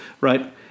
Right